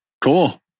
Cool